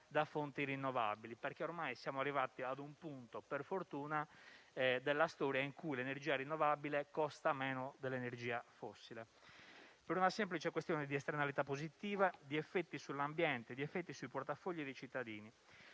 da fonti rinnovabili, perché ormai siamo arrivati a un punto della storia - per fortuna - in cui l'energia rinnovabile costa meno dell'energia fossile, per una semplice questione di esternalità positiva, di effetti sull'ambiente e di effetti sui portafogli dei cittadini.